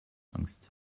angst